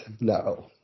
no